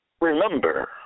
Remember